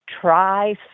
Try